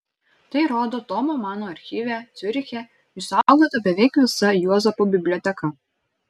tai rodo tomo mano archyve ciuriche išsaugota beveik visa juozapo biblioteka